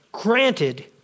Granted